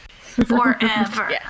Forever